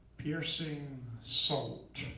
piercing salt,